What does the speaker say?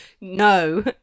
No